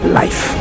life